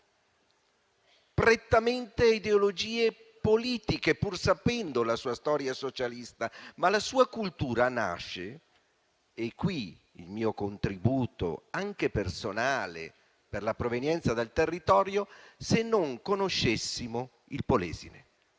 prettamente a ideologie politiche. Pur conoscendo la sua storia socialista, la sua cultura nasce - e qui il mio contributo, anche personale, per la provenienza dal territorio - dalla conoscenza del Polesine.